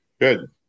Good